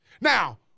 Now